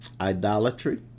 Idolatry